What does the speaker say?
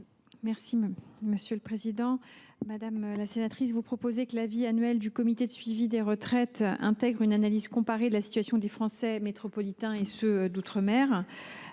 du Gouvernement ? Madame la sénatrice, vous proposez que l’avis annuel du comité de suivi des retraites intègre une analyse comparée de la situation des Français métropolitains et de ceux d’outre mer.